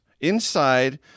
inside